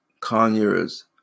Conyers